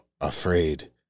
afraid